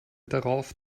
darauf